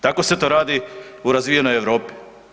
Tako se to radi u razvijenoj Europi.